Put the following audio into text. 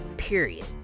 period